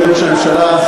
אדוני ראש הממשלה,